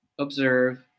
Observe